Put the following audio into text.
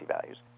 values